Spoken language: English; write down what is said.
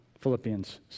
Philippians